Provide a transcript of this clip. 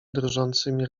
drżącymi